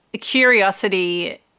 curiosity